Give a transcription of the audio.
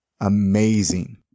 amazing